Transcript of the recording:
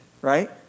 right